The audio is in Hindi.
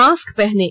मास्क पहनें